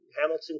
Hamilton